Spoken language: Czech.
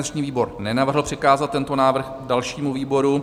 Organizační výbor nenavrhl přikázat tento návrh dalšímu výboru.